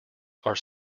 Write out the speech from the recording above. are